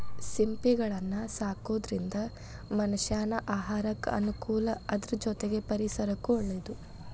ಸಿಂಪಿಗಳನ್ನ ಸಾಕೋದ್ರಿಂದ ಮನಷ್ಯಾನ ಆಹಾರಕ್ಕ ಅನುಕೂಲ ಅದ್ರ ಜೊತೆಗೆ ಪರಿಸರಕ್ಕೂ ಒಳ್ಳೇದು